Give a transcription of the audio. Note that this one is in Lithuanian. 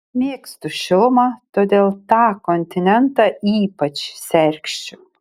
mėgstu šilumą todėl tą kontinentą ypač sergsčiu